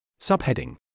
Subheading